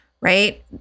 right